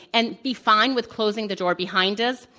and be fine with closing the door behind us.